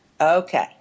Okay